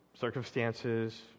circumstances